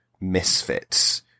misfits